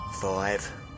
Five